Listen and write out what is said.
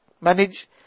manage